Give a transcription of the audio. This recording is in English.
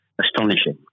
astonishing